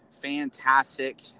Fantastic